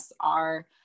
are-